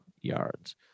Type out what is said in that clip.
yards